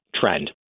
trend